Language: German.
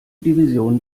division